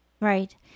Right